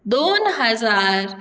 दोन हजार